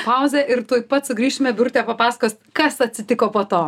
pauzę ir tuoj pat sugrįšime birutė papasakos kas atsitiko po to